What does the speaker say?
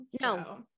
No